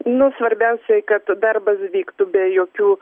nu svarbiausiai kad darbas vyktų be jokių